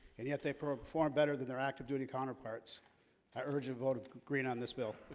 and yet they perform better than their active duty counterparts i urge a vote of green on this bill